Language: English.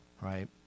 Right